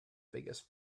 biggest